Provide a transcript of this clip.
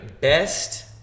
Best